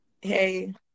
hey